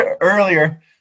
earlier